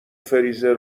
فریزر